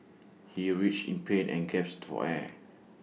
he writhed in pain and gasped for air